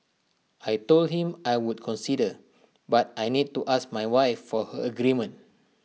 I Told him I would consider but I need to ask my wife for her agreement